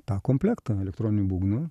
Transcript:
tą komplektą elektroninių būgnų